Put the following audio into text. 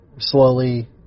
Slowly